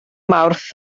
mawrth